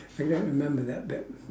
I don't remember that bit